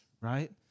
right